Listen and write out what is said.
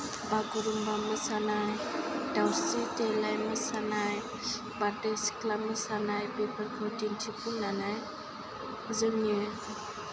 बागुरुमबा मोसानाय दाउस्रि देलाय मोसानाय बारदै सिख्ला मोसानाय बेफोरखौ दिन्थिफुंनानै जोंनि